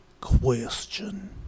question